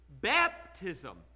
Baptism